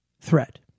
threat